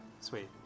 sweet